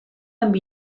amb